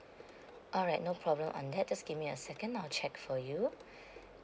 alright no problem on that just give me a second I'll check for you